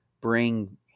bring